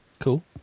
Cool